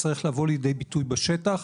צריך לבוא לידי ביטוי בשטח,